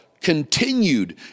continued